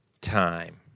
time